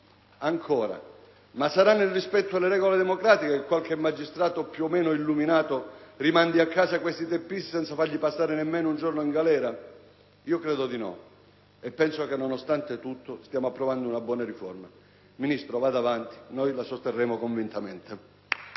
Ancora: ma sarà nel rispetto delle regole democratiche che qualche magistrato, più o meno illuminato, rimandi a casa questi teppisti, senza fargli passare nemmeno un giorno in galera? Io credo di no, e penso che, nonostante tutto, stiamo approvando una buona riforma. Ministro, vada avanti: noi la sosterremo convintamente.